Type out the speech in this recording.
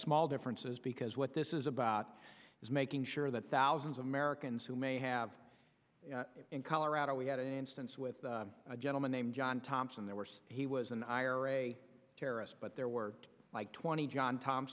small differences because what this is about is making sure that thousands of americans who may have in colorado we had an instance with a gentleman named john thompson there were he was in iraq terrorists but there were like twenty john thom